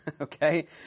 okay